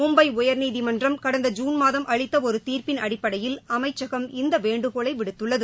மும்பை உயா்நீதிமன்றம் கடந்த ஜூன் மாதம் அளித்தஒருதீர்ப்பின் அடிப்படையில் அமைச்சகம் இந்தவேண்டுகோளைவிடுத்துள்ளது